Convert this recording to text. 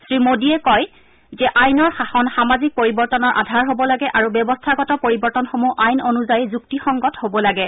শ্ৰীমোডীয়ে কয় যে আইনৰ শাসন সামাজিক পৰিৱৰ্তনৰ আধাৰ হ'ব লাগে আৰু ব্যৱস্থাগত পৰিৱৰ্তনসমূহ আইন অনুযায়ী যুক্তিসংগত হ'ব লাগে